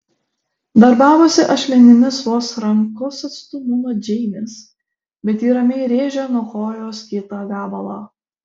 darbavosi ašmenimis vos rankos atstumu nuo džeinės bet ji ramiai rėžė nuo kojos kitą gabalą